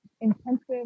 Intensive